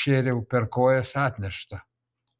šėriau per kojas atnešta